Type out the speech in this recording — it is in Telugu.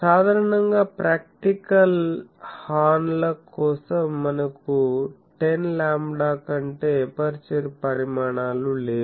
సాధారణంగా ప్రాక్టికల్ హార్న్ల కోసం మనకు 10 లాంబ్డా కంటే ఎపర్చరు పరిమాణాలు లేవు